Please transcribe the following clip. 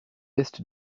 est